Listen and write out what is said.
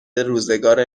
روزگار